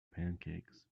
pancakes